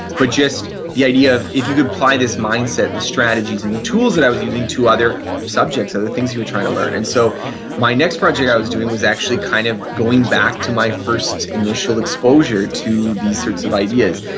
but just the idea of if you apply this mindset and the strategies and the tools that i was using to other subjects, other things you were trying to learn and so my next project i was doing was actually kind of going back to my first initial exposure to these sorts of ideas.